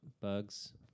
bugs